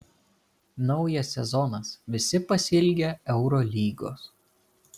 naujas sezonas visi pasiilgę eurolygos